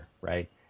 right